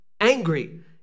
angry